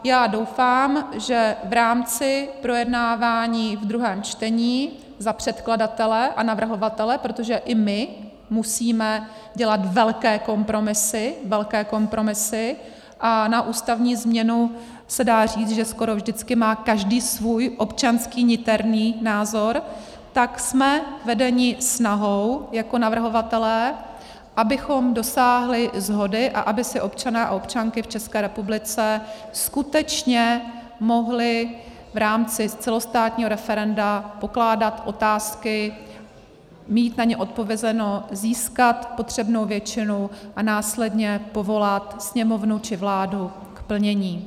Já doufám, že v rámci projednávání v druhém čtení, za předkladatele a navrhovatele, protože i my musíme dělat velké kompromisy, velké kompromisy, a na ústavní změnu se dá říct, že skoro vždycky má každý svůj občanský niterný názor, tak jsme vedeni snahou jako navrhovatelé, abychom dosáhli shody a aby si občané a občanky v ČR skutečně mohli v rámci celostátního referenda pokládat otázky, mít na ně odpovězeno, získat potřebnou většinu a následně povolat Sněmovnu či vládu k plnění.